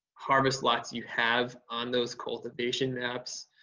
harvest lots you have on those cultivation maps